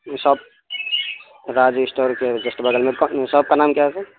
shop Raj store کے just بدل میں شاپ کا نام کیا سر